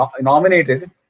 nominated